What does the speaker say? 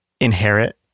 inherit